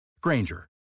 Granger